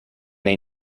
they